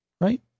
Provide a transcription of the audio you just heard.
right